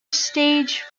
staged